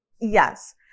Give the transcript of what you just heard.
Yes